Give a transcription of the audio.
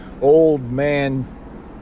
old-man